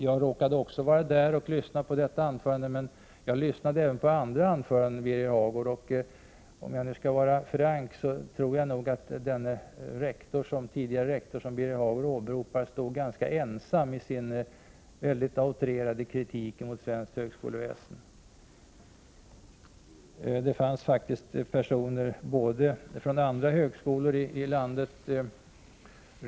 Jag råkade också vara där och lyssnade på detta anförande. Jag lyssnade dock även på andra anföranden, Birger Hagård. Om jag skall vara frank, tror jag nog att den tidigare rektor som Birger Hagård åberopar står ganska ensam i sin utrerade kritik mot svenskt högskoleväsen. Det fanns faktiskt personer både från andra högskolor i landet och från utlandet som gav en annan bild.